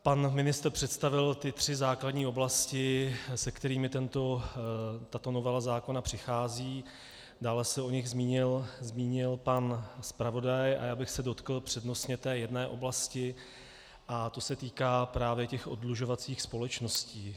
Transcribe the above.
Pan ministr představil ty tři základní oblasti, se kterými tato novela zákona přichází, dále se o nich zmínil pan zpravodaj a já bych se dotkl přednostně té jedné oblasti, a to se týká právě těch oddlužovacích společností.